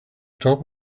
top